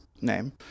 name